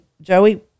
Joey